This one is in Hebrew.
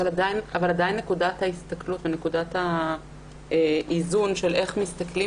אבל עדיין נקודת ההסתכלות ונקודת האיזון של איך מסתכלים